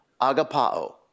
agapao